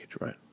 right